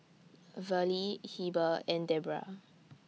Verlie Heber and Debra